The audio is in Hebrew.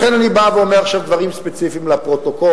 לכן אני בא ואומר עכשיו דברים ספציפיים לפרוטוקול,